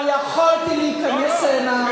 לא יכולתי להיכנס הנה, לא,